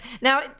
Now